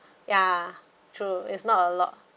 ya true it's not a lot